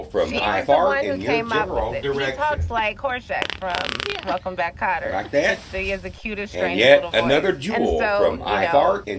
she was the one who came up with it. he talks like horseback from yeah welcome back, kotter. it's the executive strangest little voice. and so, you know,